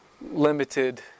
limited